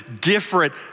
different